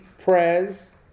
prayers